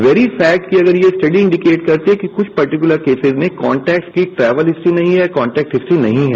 vary sad कि अगर ये स्टडिंग इंडिकेट करते कि कुछ पर्टिकुलर केसेज में कॉन्टैक्ट्स की ट्रैवल हिस्ट्री नहीं है कॉन्टैक्ट हिस्ट्री नहीं है